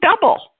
double